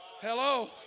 Hello